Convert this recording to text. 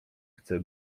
chcę